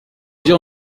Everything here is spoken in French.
dure